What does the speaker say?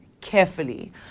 carefully